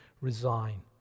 resign